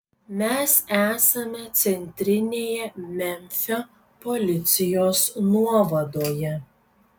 mes esame centrinėje memfio policijos nuovadoje